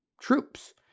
troops